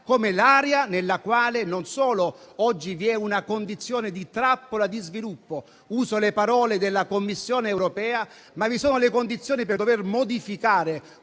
come l'area nella quale oggi non solo vi è una condizione di trappola di sviluppo - uso le parole della Commissione europea - ma vi sono anche le condizioni per dover modificare